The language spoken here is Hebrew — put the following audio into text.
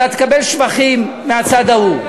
אתה תקבל שבחים מהצד ההוא,